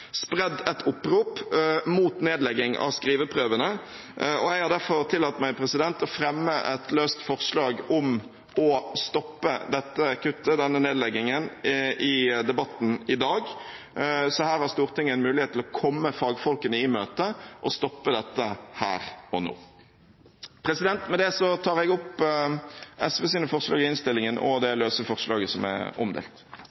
spredd et opprop mot nedlegging av skriveprøvene. Jeg har derfor tillatt meg i debatten i dag å fremme et løst forslag om å stoppe dette kuttet, denne nedleggingen. Så her har Stortinget en mulighet til å komme fagfolkene i møte og stoppe dette her og nå. Med det tar jeg opp SVs forslag, som er omdelt. Representanten Audun Lysbakken har tatt opp det